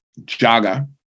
Jaga